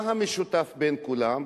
מה המשותף לכולם?